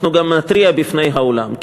אנחנו גם נתריע בפני העולם.